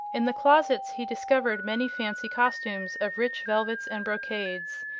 in the closets he discovered many fancy costumes of rich velvets and brocades,